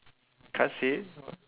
you can't see it what